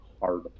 hard